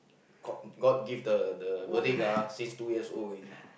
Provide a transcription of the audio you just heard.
god god give the the verdict ah since two years old already